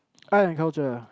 art and culture